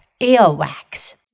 earwax